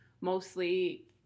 mostly